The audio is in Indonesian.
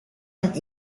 yang